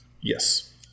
Yes